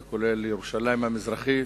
זה כולל ירושלים המזרחית,